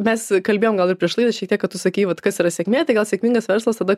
mes kalbėjom gal ir prieš tai šiek tiek kad tu sakei vat kas yra sėkmė tai gal sėkmingas verslas tada